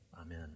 Amen